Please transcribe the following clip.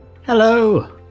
Hello